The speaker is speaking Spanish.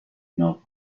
novo